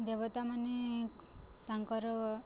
ଦେବତାମାନେ ତାଙ୍କର